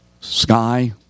sky